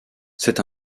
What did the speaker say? c’est